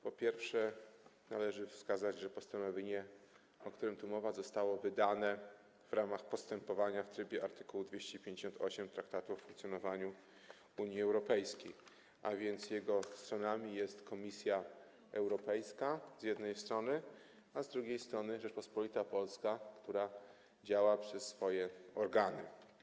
pierwsze, należy wskazać, że postanowienie, o którym tu mowa, zostało wydane w ramach postępowania w trybie art. 258 Traktatu o funkcjonowaniu Unii Europejskiej, a więc jego stronami jest Komisja Europejska, z jednej strony, a z drugiej strony Rzeczpospolita Polska, która działa przez swoje organy.